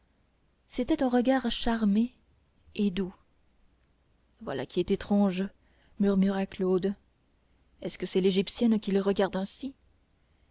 c'était un regard charmé et doux voilà qui est étrange murmura claude est-ce que c'est l'égyptienne qu'il regarde ainsi